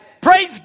Praise